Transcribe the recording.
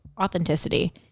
authenticity